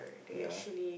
ya